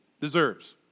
deserves